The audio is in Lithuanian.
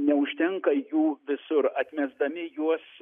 neužtenka jų visur atmesdami juos